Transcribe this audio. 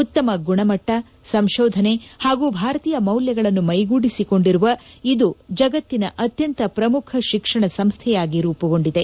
ಉತ್ತಮ ಗುಣಮಟ್ಟ ಸಂಶೋಧನೆ ಹಾಗೂ ಭಾರತೀಯ ಮೌಲ್ಯಗಳನ್ನು ಮ್ಲೆಗೂಡಿಸಿಕೊಂಡಿರುವ ಇದು ಜಗತ್ತಿನ ಅತ್ಯಂತ ಪ್ರಮುಖ ಶಿಕ್ಷಣ ಸಂಸ್ಥೆಯಾಗಿ ರೂಪುಗೊಂಡಿದೆ